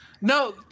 No